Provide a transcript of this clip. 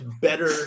better